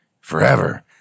forever